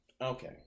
okay